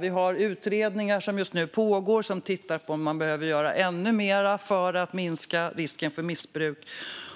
Vi har utredningar som just nu pågår, som tittar på om man behöver göra ännu mer för att minska risken för missbruk.